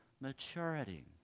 maturity